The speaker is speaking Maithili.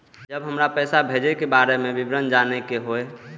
जब हमरा पैसा भेजय के बारे में विवरण जानय के होय?